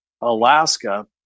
Alaska